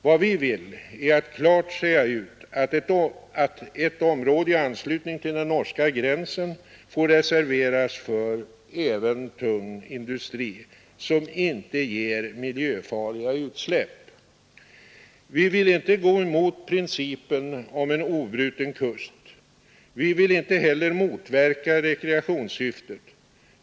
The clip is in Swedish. Vad vi vill är att klart säga ut att ett område i anslutning till den norska gränsen får reserveras för även tung — industri som inte ger miljöfarliga utsläpp. Vi vill inte gå emot principen om en obruten kust. Vi vill inte heller motverka rekreationssyftet.